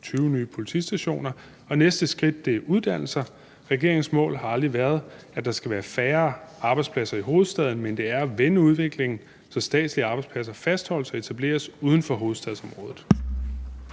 20 nye politistationer, og næste skridt er uddannelser. Regeringens mål har aldrig været, at der skal være færre arbejdspladser i hovedstaden, men det er at vende udviklingen, så statslige arbejdspladser fastholdes og etableres uden for hovedstadsområdet.